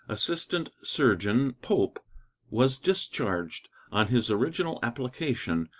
assistant surgeon pope was discharged, on his original application,